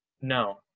No